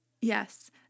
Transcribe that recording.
Yes